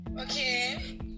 okay